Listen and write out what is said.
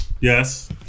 Yes